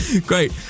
Great